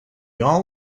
all